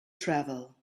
travel